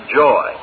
joy